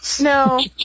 No